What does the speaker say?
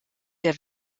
der